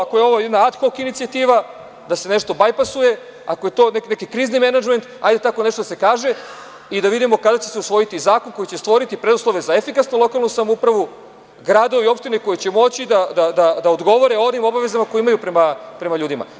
Ako je ovo jedna ad hok inicijativa da se nešto bajpasuje, ako je to neki krizni menadžment, hajde tako nešto da se kaže i da vidimo kada će se usvojiti zakon koji će stvoriti preduslove za efikasnu lokalnu samoupravu, gradove i opštine koje će moći da odgovore onim obavezama koje imaju prema ljudima.